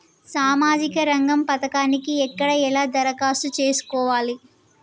సామాజిక రంగం పథకానికి ఎక్కడ ఎలా దరఖాస్తు చేసుకోవాలి?